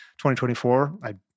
2024